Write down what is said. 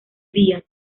vías